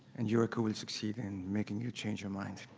and yuriko will succeed in making you change your mind.